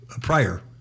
prior